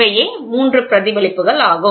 இவையே 3 பிரதிபலிப்புகள் ஆகும்